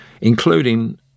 including